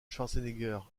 schwarzenegger